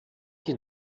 die